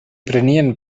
prenien